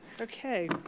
okay